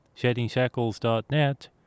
SheddingShackles.net